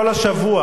כל השבוע,